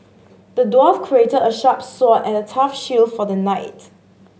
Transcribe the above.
the dwarf created a sharp sword and a tough shield for the knight